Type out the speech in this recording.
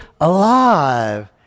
alive